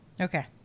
Okay